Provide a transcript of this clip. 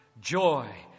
Joy